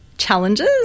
challenges